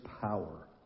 power